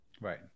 Right